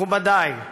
מכובדיי,